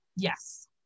Yes